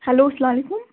hello سَلام علیکُم